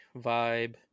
vibe